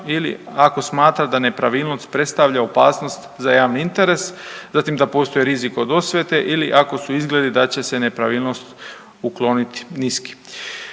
ili ako smatra da nepravilnost predstavlja opasnost za javni interes, zatim da postoji rizik od osvete ili ako su izgledi da će se nepravilnost ukloniti niski.